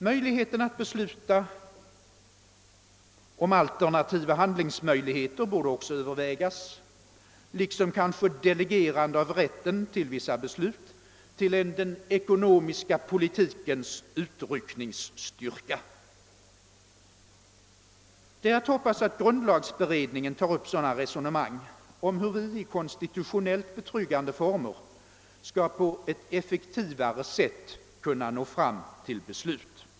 Möjligheten att låta besluten innefatta alternativa handlingsmöjligheter borde också övervägas liksom kanske delegerande av rätten till vissa beslut till en den ekonomiska politikens utryckningsstyrka. Det är att hoppas att grundlagberedningen tar upp sådana resonemang om hur vi i konstitutionellt betryggande former skall få en effektivare beslutsordning.